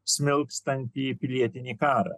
smilkstantį pilietinį karą